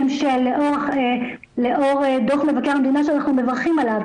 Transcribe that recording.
לאור דו"ח מבקר המדינה שאנחנו מברכים עליו,